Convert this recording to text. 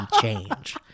change